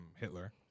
Hitler